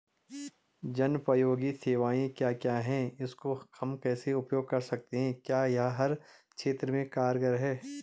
जनोपयोगी सेवाएं क्या क्या हैं इसको हम कैसे उपयोग कर सकते हैं क्या यह हर क्षेत्र में कारगर है?